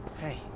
Hey